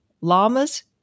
llamas